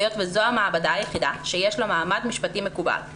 היות וזו המעבדה היחידה שיש לה מעמד משפטי מקובל,